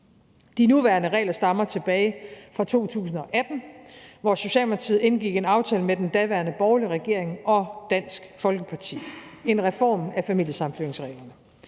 De nuværende regler stammer tilbage fra 2018, hvor Socialdemokratiet indgik en aftale med den daværende borgerlige regering og Dansk Folkeparti. Det var en reform af familiesammenføringsreglerne.